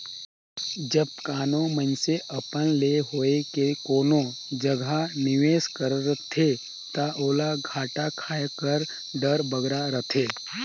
जब कानो मइनसे अपन ले होए के कोनो जगहा निवेस करथे ता ओला घाटा खाए कर डर बगरा रहथे